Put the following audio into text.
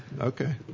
Okay